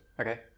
Okay